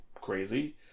crazy